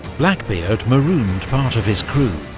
blackbeard marooned part of his crew,